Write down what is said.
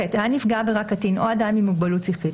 (ח) היה נפגע העבירה קטין או אדם עם מוגבלות שכלית,